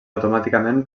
automàticament